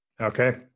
Okay